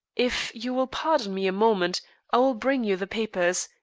if you will pardon me a moment i will bring you the papers,